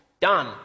done